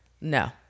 No